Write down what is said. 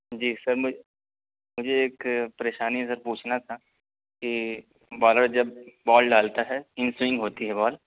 جی sir مجھ مجھے ایک پریشانی ہے سر پوچھنا تھا کہ بالر جب بال ڈالتا ہے ان سوئینگ ہوتی ہے بال